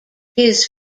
his